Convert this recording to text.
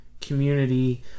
community